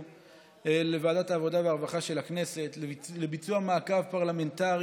לוועדת העבודה והרווחה של הכנסת לביצוע מעקב פרלמנטרי,